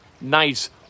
nice